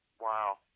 Wow